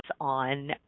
on